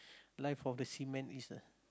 life of the seamen is ah